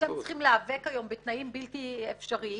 שצריכים להיאבק היום בתנאים בלתי אפשריים,